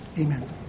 Amen